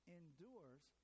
endures